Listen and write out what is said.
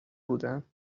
بودم